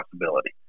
possibility